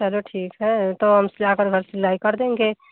चलो ठीक है तो हम सिलाकर घर पर लाकर हम सिलाई कर देंगे